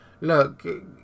look